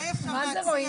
מה זה?